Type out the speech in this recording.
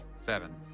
Seven